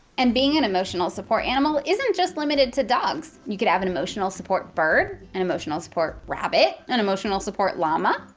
and being an emotional support animal isn't just limited to dogs. you can have an emotional support bird, an emotional support rabbit, an emotional support llama.